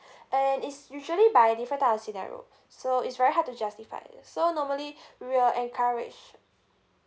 and is usually by different type of scenario so it's very hard to justify this so normally we will encourage